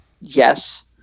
Yes